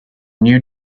new